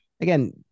again